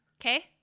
Okay